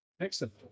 Excellent